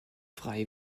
frei